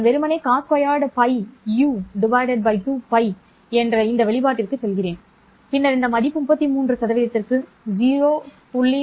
நான் வெறுமனே Cos2 πu 2Vπ என்ற இந்த வெளிப்பாட்டிற்குச் செல்கிறேன் பின்னர் இந்த மதிப்பு 33 க்கு 0